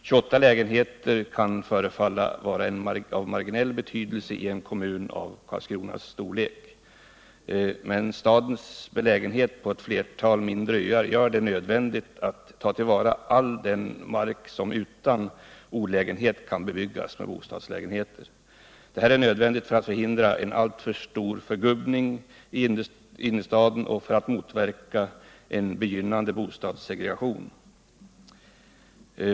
28 lägenheter kan förefalla vara av marginell betydelse i en kommun av Karlskronas storlek, men stadens belägenhet på ett flertal mindre öar gör det nödvändigt att tillvarata all den mark som utan olägenhet kan bebyggas med bostadslägenheter. Detta är nödvändigt för att förhindra alltför stor förgubbning i innerstan och för att motverka begynnande bostadssegregation.